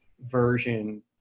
version